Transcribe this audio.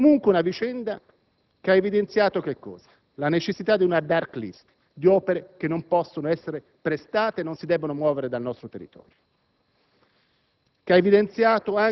francamente. È comunque una vicenda che ha evidenziato la necessità di una *dark* *list* di opere che non possono essere prestate e che non si debbono muovere dal nostro territorio.